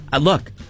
Look